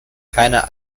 keine